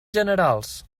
generals